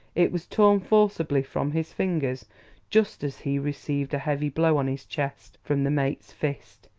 it was torn forcibly from his fingers just as he received a heavy blow on his chest from the mate's fist.